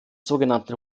sogenannten